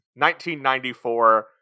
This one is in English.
1994